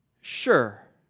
Sure